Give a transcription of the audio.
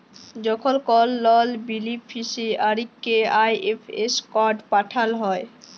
যখল কল লল বেলিফিসিয়ারিকে আই.এফ.এস কড পাঠাল হ্যয়